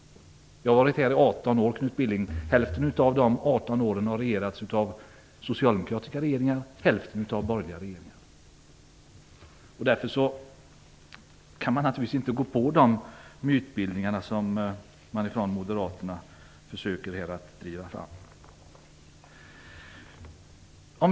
Jag har varit här i 18 år. Hälften av de 18 åren har vi haft socialdemokratiska regeringar, hälften har vi haft borgerliga regeringar. Därför kan man inte gå på de mytbildningar som moderaterna försöker framhäva.